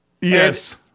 Yes